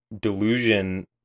delusion